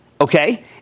okay